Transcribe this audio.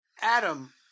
Adam